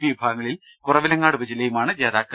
P വിഭാഗങ്ങളിൽ കുറവിലങ്ങാട് ഉപജില്പയുമാണ് ജേതാക്കൾ